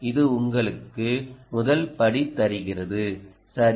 இது உங்களுக்கு முதல் படி தருகிறது சரி